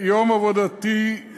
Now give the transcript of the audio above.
ביום עבודתי,